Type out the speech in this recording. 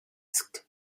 asked